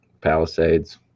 Palisades